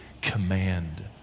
command